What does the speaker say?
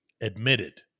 admitted